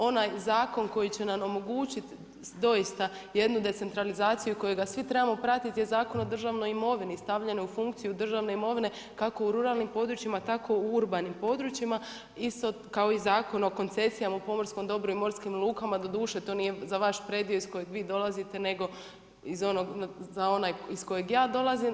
Onaj zakon koji će nam omogućiti doista jednu decentralizaciju kojega svi trebamo pratiti je Zakon o državnoj imovini i stavljanja u funkciju državne imovine kako u ruralnim područjima tako u urbanim područjima isto kao i Zakon o pomorskim koncesijama o pomorskom dobru i morskim lukama, doduše to nije za vaš predio iz kojeg vi dolazite nego za onaj iz kojeg ja dolazim.